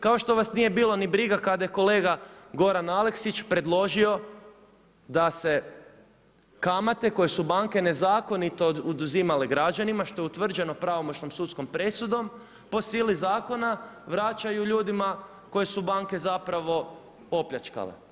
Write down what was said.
Kao što vas nije bilo ni briga kada je kolega Goran Aleksić predložio da se kamate koje su banke nezakonito oduzimale građanima što je utvrđeno pravomoćnom sudskom presudom po sili zakona vraćaju ljudima koje su banke zapravo opljačkale.